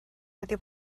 wedi